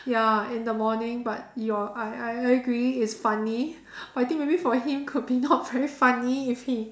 ya in the morning but your I I I agree it's funny but I think maybe for him could be not very funny if he